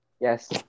Yes